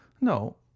no